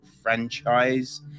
franchise